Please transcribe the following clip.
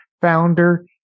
Founder